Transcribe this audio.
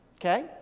okay